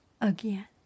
again